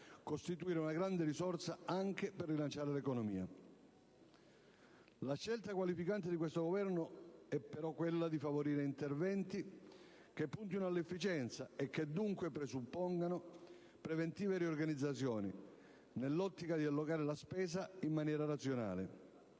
costituire una grande risorsa per rilanciare l'economia. La scelta qualificante di questo Governo è però quella di favorire interventi che puntino all'efficienza e che dunque presuppongano preventive riorganizzazioni, nell'ottica di allocare la spesa in maniera razionale.